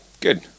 Good